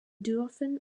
dürfen